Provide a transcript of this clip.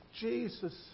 Jesus